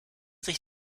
sich